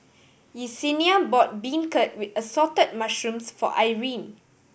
Yessenia bought beancurd with Assorted Mushrooms for Irine